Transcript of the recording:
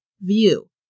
view